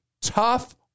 tough